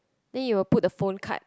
then you will put the phone card